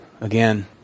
again